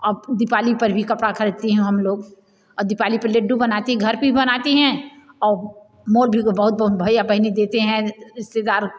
और दीपाली पर भी कपड़ा खरीदती हूँ हम लोग और दीपाली पर लड्डू बनाते घर पर बनाते है और मौल भी बहुत बहुत भईया बहिनी देते हैं रिश्तेदार